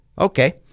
Okay